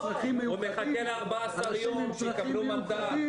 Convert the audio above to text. צרכים מיוחדים -- הוא מחכה ל- 14 יום שיקבלו מנדט.